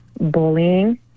bullying